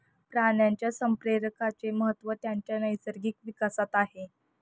प्राण्यांच्या संप्रेरकांचे महत्त्व त्यांच्या नैसर्गिक विकासात आहे